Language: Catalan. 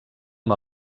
amb